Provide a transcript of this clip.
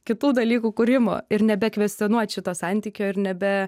kitų dalykų kūrimo ir nebekvestionuot šito santykio ir nebe